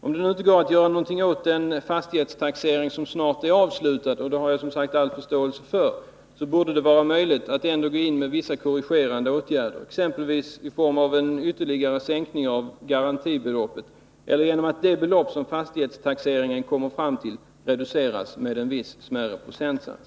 När det inte går att göra någonting åt den fastighetstaxering som snart är avslutad, och det har jag som sagt full förståelse för, borde det vara möjligt att gå in med vissa korrigerande åtgärder, exempelvis i form av en ytterligare sänkning av garantibeloppet eller genom att det belopp som fastighetstaxeringsnämnden kommer fram till reduceras med en viss procentsats.